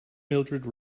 mildrid